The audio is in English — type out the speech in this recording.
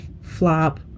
flop